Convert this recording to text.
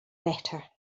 better